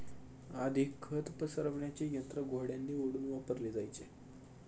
आधी खत पसरविण्याचे यंत्र घोड्यांनी ओढून वापरले जायचे